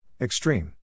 Extreme